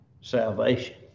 Salvation